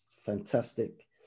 fantastic